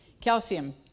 calcium